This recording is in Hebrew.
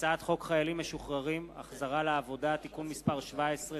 הצעת חוק חיילים משוחררים (החזרה לעבודה) (תיקון מס' 17),